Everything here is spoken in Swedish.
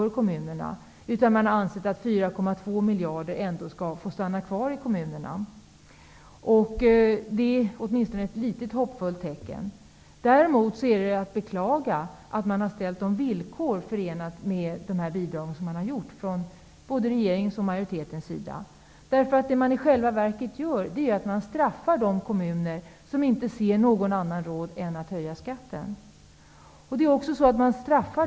Regeringen har ansett att 4,2 miljarder kronor skall få stanna kvar i kommunerna. Det är åtminstone ett litet hoppfullt tecken. Däremot är det att beklaga att både regeringen och majoriteten har ställt villkor för dessa bidrag. I själva verket straffas de kommuner som inte ser något annat råd än att höja skatten.